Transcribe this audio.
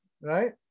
right